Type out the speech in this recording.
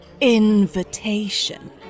invitation